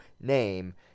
name